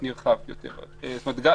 היום אלעד עומדת במקום ירוק, כולם יודעים את זה.